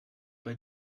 bei